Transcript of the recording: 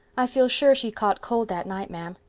i feel sure she caught cold that night, ma'am.